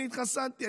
אני התחסנתי.